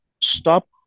stop